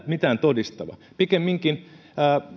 mitään todistava pikemminkin